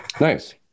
nice